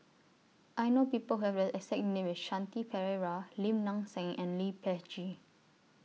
I know People Who Have The exact name as Shanti Pereira Lim Nang Seng and Lee Peh Gee